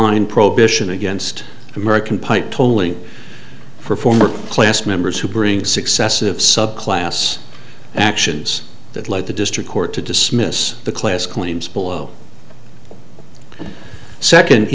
line prohibition against american pipe tolly for former class members who bring successive subclass actions that let the district court to dismiss the class claims below the second